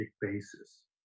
basis